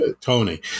Tony